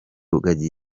rugagi